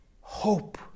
Hope